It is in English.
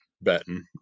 betting